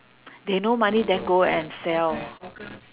they no money then go and sell